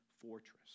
fortress